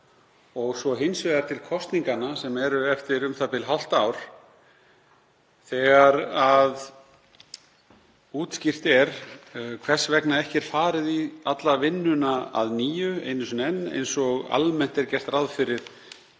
og svo hins vegar til kosninganna, sem eru eftir u.þ.b. hálft ár, þegar útskýrt er hvers vegna ekki er farið í alla vinnuna að nýju, einu sinni enn, eins og almennt er gert ráð fyrir